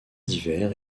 d’hiver